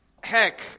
heck